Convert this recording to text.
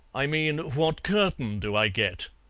i mean, what curtain do i get?